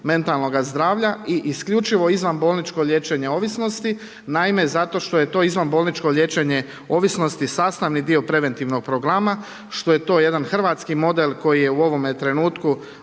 mentalnoga zdravlja i isključivo izvanbolničko liječenje ovisnosti. Naime, zato što je to izvanbolničko liječenje ovisnosti sastavni dio preventivnog programa, što je to jedan hrvatski model koji je u ovome trenutku